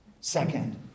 Second